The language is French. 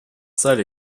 salle